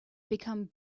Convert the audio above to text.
become